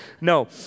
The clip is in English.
no